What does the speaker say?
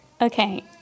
Okay